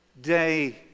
day